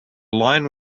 line